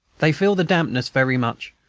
they feel the dampness very much,